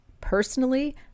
Personally